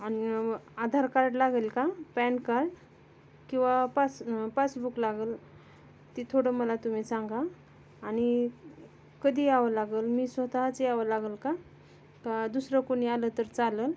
आणि आधार कार्ड लागेल का पॅन कार्ड किंवा पास पासबुक लागेल ती थोडं मला तुम्ही सांगा आणि कधी यावं लागेल मी स्वतःच यावं लागेल का का दुसरं कोणी आलं तर चालेल